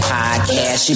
Podcast